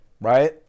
Right